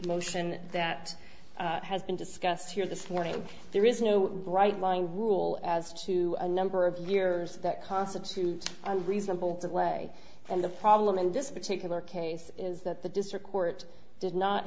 motion that has been discussed here this morning there is no bright line rule as to a number of years that constitutes a reasonable delay and the problem in this particular case is that the district court did not